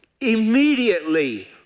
immediately